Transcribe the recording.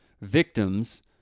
victims